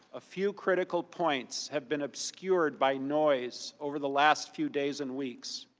a few critical points have been obscured by noise over the last few days and weeks.